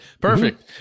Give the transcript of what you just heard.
Perfect